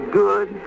good